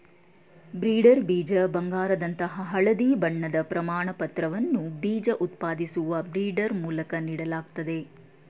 breeder ಬೀಜ ಬಂಗಾರದಂತಹ ಹಳದಿ ಬಣ್ಣದ ಪ್ರಮಾಣಪತ್ರವನ್ನ ಬೀಜ ಉತ್ಪಾದಿಸುವ ಬ್ರೀಡರ್ ಮೂಲಕ ನೀಡಲಾಗ್ತದೆ